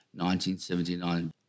1979